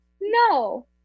no